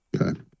Okay